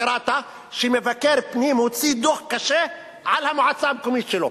קראת שמבקר פנים הוציא דוח קשה על המועצה המקומית שלו?